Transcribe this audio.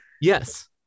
yes